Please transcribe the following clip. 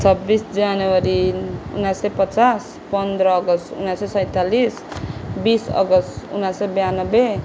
छब्बिस जनवरी उन्नाइस सौ पचास पन्ध्र अगस उन्नाइस सौ सैँतालिस बिस अगस्ट उन्नाइस सौ बयान्नबे